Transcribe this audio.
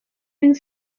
une